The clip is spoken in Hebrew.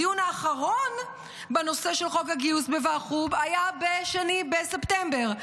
הדיון האחרון בנושא של חוק הגיוס בוועחו"ב היה ב-2 בספטמבר,